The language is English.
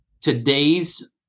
today's